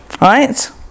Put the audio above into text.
Right